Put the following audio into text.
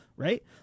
Right